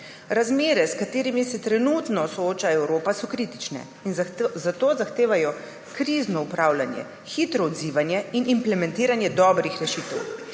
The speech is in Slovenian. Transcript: Razmere, s katerimi se trenutno sooča Evropa, so kritične in zato zahtevajo krizno upravljanje, hitro odzivanje in implementiranje dobrih rešitev.